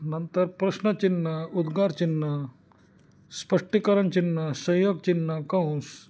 नंतर प्रश्नचिन्ह उद्गारचिन्ह स्पष्टीकरणचिन्ह संयोगचिन्ह कंस